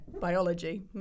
biology